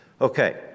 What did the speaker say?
Okay